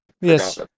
Yes